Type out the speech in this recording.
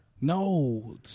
No